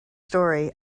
story